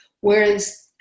whereas